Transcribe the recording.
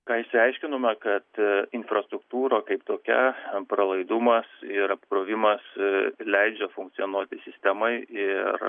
na išsiaiškinome kad infrastruktūra kaip tokia pralaidumas ir apkrovimas leidžia funkcionuoti sistemai ir